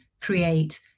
create